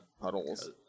puddles